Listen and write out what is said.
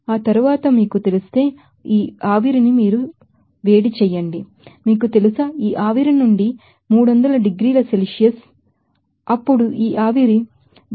ఆ తరువాత మీకు తెలిస్తే ఈ ఆవిరిని వేడి చేయండి మీకు తెలుసా ఈ ఆవిరి మీకు 300 డిగ్రీల సెల్సియస్ తెలుసు అప్పుడు ఈ ఆవిరి 181